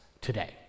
today